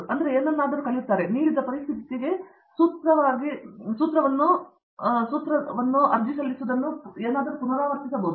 ಅವರು ಏನನ್ನಾದರೂ ಕಲಿಯುತ್ತಾರೆ ಅವರು ನೀಡಿದ ಪರಿಸ್ಥಿತಿಗೆ ಸೂತ್ರವನ್ನು ಅರ್ಜಿ ಸಲ್ಲಿಸುವಲ್ಲಿ ಅವರು ಯಾವುದನ್ನಾದರೂ ಪುನರಾವರ್ತಿಸಬಹುದು